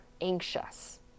anxious